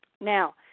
Now